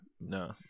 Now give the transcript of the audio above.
No